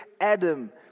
Adam